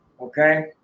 Okay